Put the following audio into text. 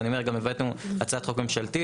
וגם הבאתם הצעת חוק ממשלתית,